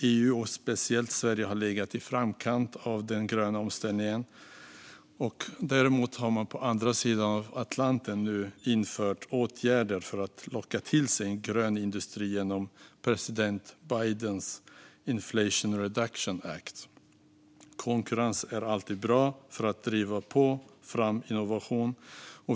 EU och speciellt Sverige har legat i framkant av den gröna omställningen. Däremot har man på andra sidan Atlanten nu infört åtgärder för att locka till sig grön industri genom president Bidens Inflation Reduction Act. Konkurrens är alltid bra för att driva fram innovation.